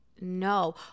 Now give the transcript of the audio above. no